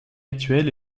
actuelle